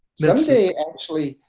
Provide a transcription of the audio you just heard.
but um today actually,